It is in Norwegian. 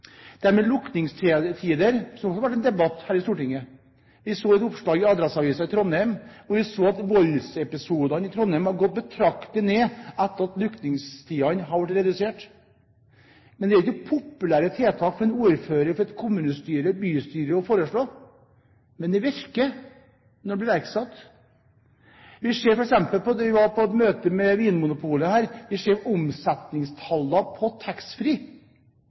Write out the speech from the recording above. med lukningstider har også vært til debatt her i Stortinget. Jeg så et oppslag i Adresseavisen, der det sto at antallet voldsepisoder i Trondheim var gått betraktelig ned etter at åpningstidene ble redusert. Det er jo ikke populære tiltak for en ordfører, for et kommunestyre eller et bystyre å foreslå, men det virker når de blir iverksatt. I et møte med Vinmonopolet så vi at omsetningstallene for taxfree nesten er like store som for Vinmonopolet i Norge. Ønsker vi